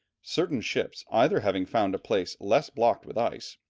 certain ships, either having found a place less blocked with ice,